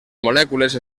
molècules